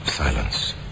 Silence